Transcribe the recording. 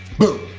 boom!